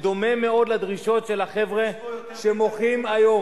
שדומה מאוד לדרישות של החבר'ה שמוחים היום,